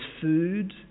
food